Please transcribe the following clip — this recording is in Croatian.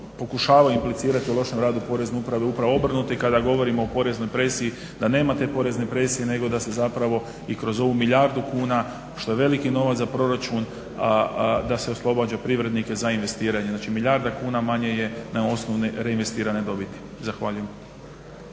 pokušavaju implicirati o lošem radu porezne uprave upravo obrnuto. I kada govorimo o poreznoj presiji da nema te porezne presije, nego da se zapravo i kroz ovu milijardu kuna što je veliki novac za proračun da se oslobađa privrednike za investiranje. Znači milijarda kuna manje je na osnovne reinvestirane dobiti. Zahvaljujem.